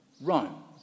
Rome